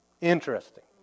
Interesting